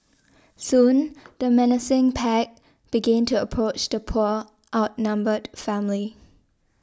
soon the menacing pack began to approach the poor outnumbered family